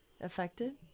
affected